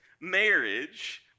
marriage